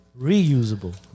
reusable